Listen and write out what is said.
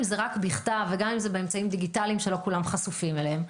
זה רק בכתב וגם אם זה באמצעים דיגיטליים שלא כולם חשופים להם,